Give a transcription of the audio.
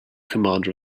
commander